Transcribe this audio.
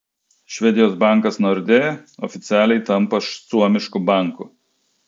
švedijos bankas nordea oficialiai tampa suomišku banku